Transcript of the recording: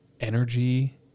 energy